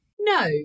No